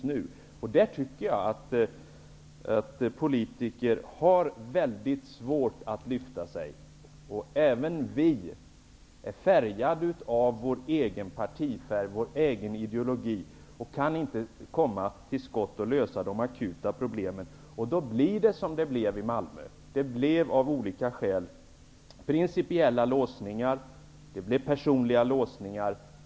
I det avseendet tycker jag att politiker har väldigt svårt att så att säga lyfta sig. Även vi är präglade av vår egen partifärg, vår egen ideologi. Vi kan inte komma till skott och lösa de akuta problemen. Då blir det som i Malmö. Av olika skäl har det blivit principiella och personliga låsningar.